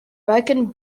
reichen